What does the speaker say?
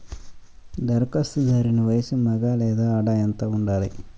ధరఖాస్తుదారుని వయస్సు మగ లేదా ఆడ ఎంత ఉండాలి?